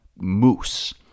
moose